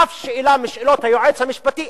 אף שאלה משאלות היועץ המשפטי,